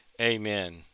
amen